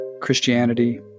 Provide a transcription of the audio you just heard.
Christianity